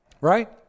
Right